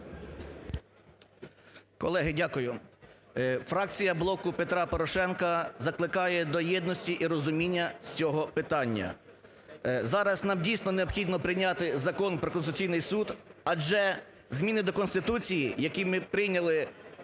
Колеги, дякую. Фракція "Блоку Петра Порошенка" закликає до єдності і розуміння з цього питання. Зараз нам, дійсно, необхідно прийняти Закон про Конституційний Суд, адже зміни до Конституції, які ми прийняли